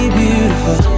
beautiful